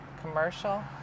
commercial